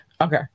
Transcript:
Okay